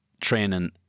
training